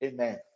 Amen